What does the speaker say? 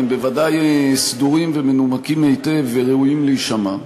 הם בוודאי סדורים ומנומקים היטב וראויים להישמע.